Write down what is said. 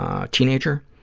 a teenager.